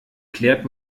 klärt